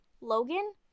logan